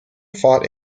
fought